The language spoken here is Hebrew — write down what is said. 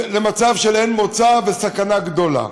למצב של אין מוצא וסכנה גדולה.